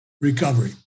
recovery